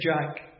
Jack